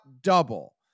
double